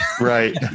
Right